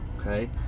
okay